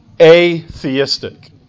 atheistic